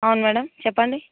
అవును మేడం చెప్పండి